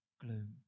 gloom